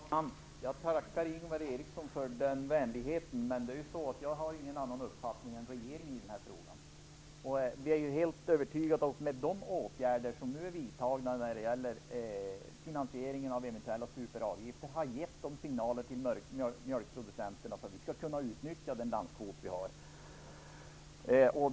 Herr talman! Jag tackar Ingvar Eriksson för hans vänlighet, men jag har ingen annan uppfattning än regeringen i den här frågan. Jag är helt övertygad om att vi med de åtgärder som nu har vidtagits när det gäller finansieringen av eventuella superavgifter har gett sådana signaler till mjölkproducenterna så att vi skall kunna utnyttja den landskvot som vi har.